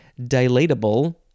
dilatable